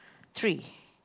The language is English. tree